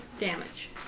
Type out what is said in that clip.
damage